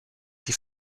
die